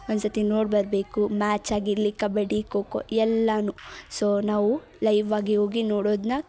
ಒಂದು ಸರ್ತಿ ನೋಡಿ ಬರಬೇಕು ಮ್ಯಾಚ್ ಆಗಿರಲಿ ಕಬಡ್ಡಿ ಖೋ ಖೋ ಎಲ್ಲನೂ ಸೋ ನಾವು ಲೈವ್ ಆಗಿ ಹೋಗಿ ನೋಡೋದನ್ನ